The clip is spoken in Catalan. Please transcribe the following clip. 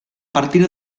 partir